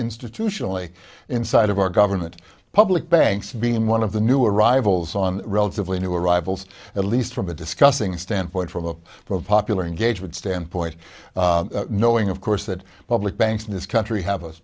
institutionally inside of our government public banks being one of the new arrivals on relatively new arrivals at least from a discussing standpoint from a popular engagement standpoint knowing of course that public banks in this country have u